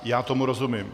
Já tomu rozumím.